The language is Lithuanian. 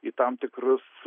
į tam tikrus